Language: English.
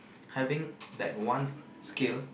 having that one scale